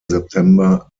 september